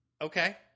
Okay